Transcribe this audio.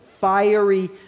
fiery